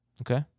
Okay